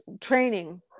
training